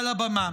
מעל הבמה.